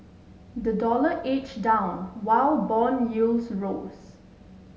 the dollar edged down while bond yields rose